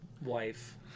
wife